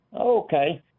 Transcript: Okay